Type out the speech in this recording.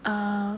err